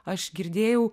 aš girdėjau